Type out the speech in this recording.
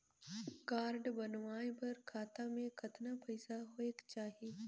Card बनवाय बर खाता मे कतना पईसा होएक चाही?